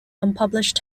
unpublished